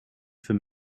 for